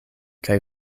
kaj